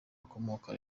akomoka